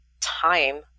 time